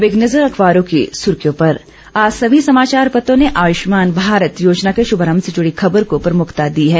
अब एक नजर अखबारों की सुर्खियों पर आज सभी समाचार पत्रों ने आयुष्मान भारत योजना के शुभारंभ से जुड़ी खबर को प्रमुखता दी है